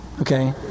okay